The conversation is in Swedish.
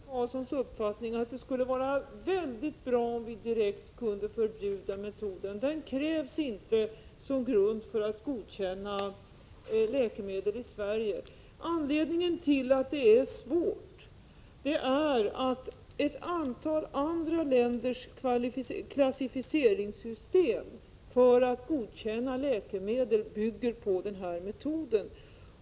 Herr talman! Jag delar Mats O Karlssons uppfattning att det skulle vara utomordentligt bra om vi direkt kunde förbjuda metoden — den krävs inte som grund för att läkemedel skall bli godkända i Sverige. Anledningen till att det är svårt är att ett antal andra länders klassificeringssystem för att godkänna läkemedel bygger på metoden.